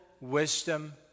wisdom